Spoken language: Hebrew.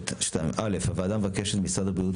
2. הוועדה מבקשת ממשרד הבריאות,